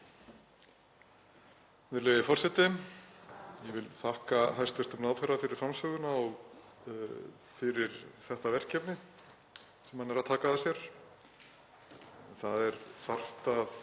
og fyrir þetta verkefni sem hann er að taka að sér. Það er þarft að